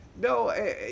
No